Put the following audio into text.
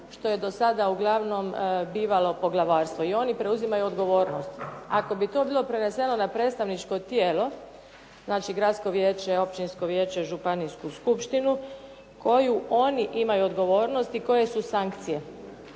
što je do sada uglavnom bivalo poglavarstvo i oni preuzimaju odgovornost. Ako bi to bilo preneseno na predstavničko tijelo, znači gradsko vijeće, općinsko vijeće, županijsku skupštinu koju oni imaju odgovornost i koje su sankcije?